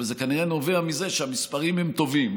אבל זה כנראה נובע מזה שהמספרים הם טובים.